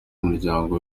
umuryango